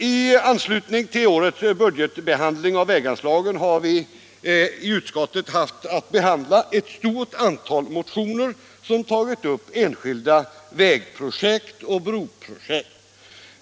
I anslutning till årets budgetbehandling av väganslagen har vi i utskottet haft att behandla ett stort antal motioner som tagit upp enskilda väg och broprojekt.